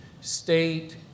state